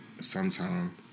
sometime